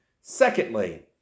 Secondly